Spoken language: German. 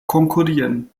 konkurrieren